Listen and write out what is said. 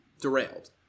derailed